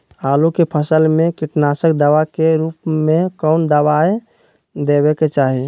आलू के फसल में कीटनाशक दवा के रूप में कौन दवाई देवे के चाहि?